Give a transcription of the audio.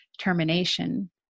termination